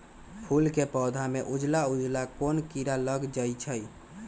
फूल के पौधा में उजला उजला कोन किरा लग जई छइ?